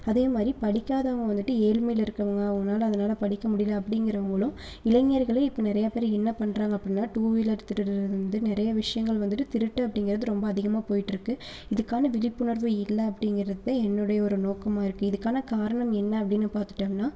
அதே மாதிரி படிக்காதவங்க வந்துட்டு ஏழ்மையில இருக்குறவங்க அவங்கனால அதனால் படிக்க முடியல அப்படிங்கிறமோலும் இளைஞர்களே இப்போ நிறையா பேர் என்ன பண்ணுறாங்க அப்படினா டூ வீலர் திருடுகிறது வந்து நிறைய விஷியங்கள் வந்துட்டு திருட்டு அப்படிங்கறது ரொம்ப அதிகமாக போய்கிட்ருக்கு இதுக்கான விழிப்புணர்வு இல்லை அப்படிங்கிறது தான் என்னோடய ஒரு நோக்கமாக இருக்குது இதுக்கான காரணம் என்ன அப்படினு பார்த்துட்டோம்னா